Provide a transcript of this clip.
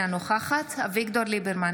אינה נוכחת אביגדור ליברמן,